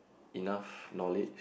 enough knowledge